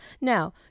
Now